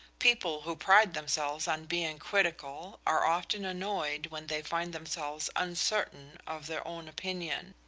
people who pride themselves on being critical are often annoyed when they find themselves uncertain of their own opinion.